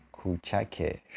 Kuchake